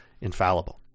infallible